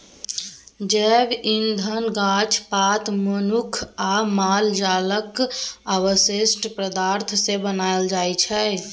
जैब इंधन गाछ पात, मनुख आ माल जालक अवशिष्ट पदार्थ सँ बनाएल जाइ छै